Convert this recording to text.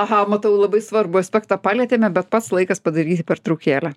aha matau labai svarbų aspektą palietėme bet pats laikas padaryti pertraukėlę